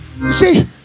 See